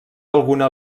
alguna